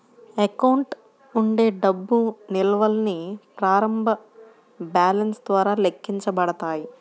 account ఉండే డబ్బు నిల్వల్ని ప్రారంభ బ్యాలెన్స్ ద్వారా లెక్కించబడతాయి